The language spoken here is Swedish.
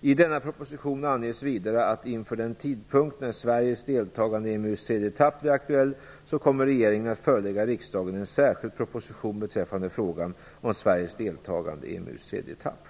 I denna proposition anges vidare att inför den tidpunkt när Sveriges deltagande i EMU:s tredje etapp blir aktuell, så kommer regeringen att förelägga riksdagen en särskild proposition beträffande frågan om Sveriges deltagande i EMU:s tredje etapp.